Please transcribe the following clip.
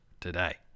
today